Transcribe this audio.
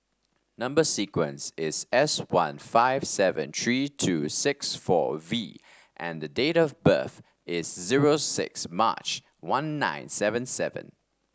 number sequence is S one five seven three two six four V and date of birth is zero six March one nine seven seven